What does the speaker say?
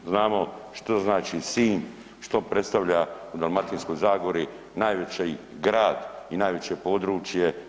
Znamo što znači Sinj, što predstavlja u Dalmatinskoj zagori najveći grad i najveće područje.